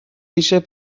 eisiau